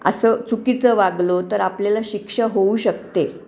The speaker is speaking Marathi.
असं चुकीचं वागलो तर आपल्याला शिक्षा होऊ शकते